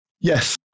Yes